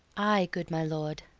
ay, good my lord.